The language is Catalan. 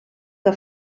que